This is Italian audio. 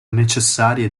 necessarie